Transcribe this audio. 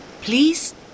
please